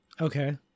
Okay